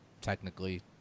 technically